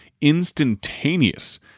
instantaneous